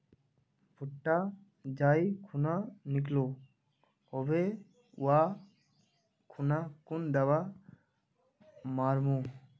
भुट्टा जाई खुना निकलो होबे वा खुना कुन दावा मार्मु?